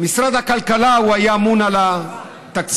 משרד הכלכלה היה אמון על התקציבים.